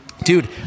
dude